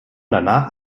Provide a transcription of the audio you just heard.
danach